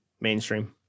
Mainstream